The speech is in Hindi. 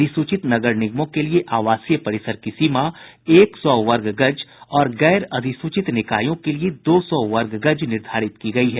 अधिसूचित नगर निगमों के लिए आवासीय परिसर की सीमा एक सौ वर्ग गज और गैर अधिसूचित निकायों के लिए दो सौ वर्ग गज निर्धारित की गयी है